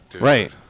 Right